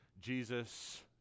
Jesus